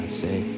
say